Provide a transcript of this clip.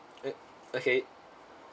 okay